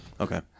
Okay